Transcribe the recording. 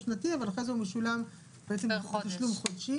צריך להפסיק את ההתנגשות בין בתי החולים וקופות החולים.